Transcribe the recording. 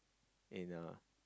in a